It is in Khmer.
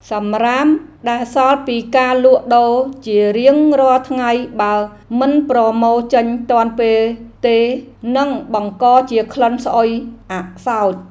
សំរាមដែលសល់ពីការលក់ដូរជារៀងរាល់ថ្ងៃបើមិនប្រមូលចេញទាន់ពេលទេនឹងបង្កជាក្លិនស្អុយអសោច។